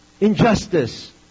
injustice